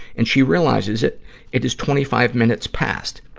and she realizes it it is twenty five minutes past.